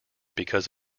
because